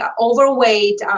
overweight